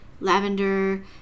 lavender